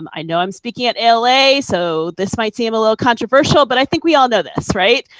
um i know i am speaking at ala, so this might seem a little controversial, but i think we all know this right?